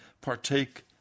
partake